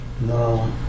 No